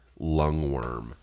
lungworm